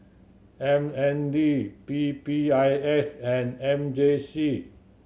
M N D P P I S and M J C